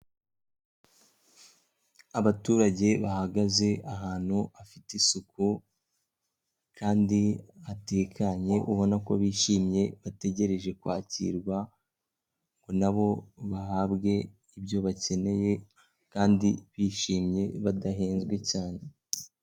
Abaturage bahagaze ahantu hafite isuku kandi hatekanye ubona ko bishimye bategereje kwakirwa ngo nabo bahabwe ibyo bakeneye kandi bishimye badahenzwe cyane.